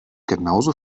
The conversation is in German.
genauso